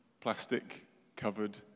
plastic-covered